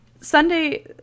sunday